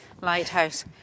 Lighthouse